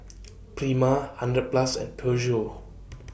Prima hundred Plus and Peugeot